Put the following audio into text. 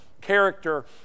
character